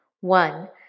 One